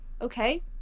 Okay